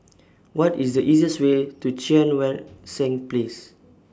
What IS The easiest Way to Cheang Wan Seng Place